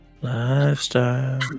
Lifestyle